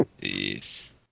Yes